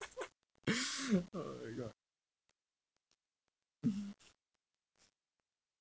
oh my god